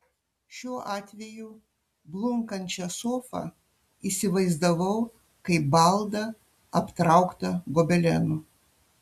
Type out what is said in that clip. šiuo atveju blunkančią sofą įsivaizdavau kaip baldą aptrauktą gobelenu